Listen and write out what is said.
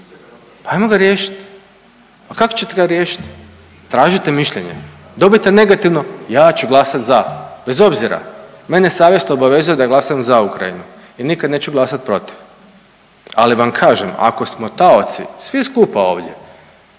pa ajmo ga riješiti. A kako ćete ga riješit? Tražite mišljenje, dobite negativno, ja ću glasat za bez obzira. Mene savjest obavezuje da glasam za Ukrajini i nikad neću glasat protiv. Ali vam kažem ako smo taoci svi skupa ovdje